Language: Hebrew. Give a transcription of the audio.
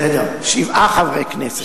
בסדר, שבעה חברי כנסת.